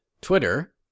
Twitter